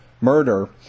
murder